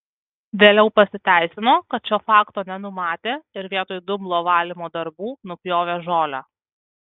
vėliau pasiteisino kad šio fakto nenumatė ir vietoj dumblo valymo darbų nupjovė žolę